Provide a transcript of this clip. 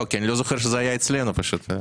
כי אני לא זוכר שזה היה אצלנו, פשוט.